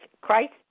Christ